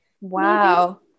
wow